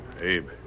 Abe